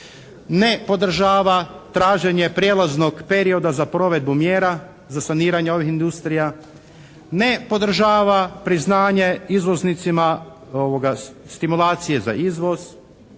ne podržava traženje prijevoznog perioda za provedbu mjera za saniranje ovih industrija, ne podržava priznanje izvoznicima stimulacije za izvoz,